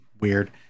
weird